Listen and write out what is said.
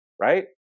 Right